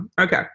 okay